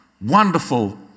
wonderful